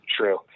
True